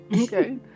Okay